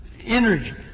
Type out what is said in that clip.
energy